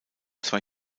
zwei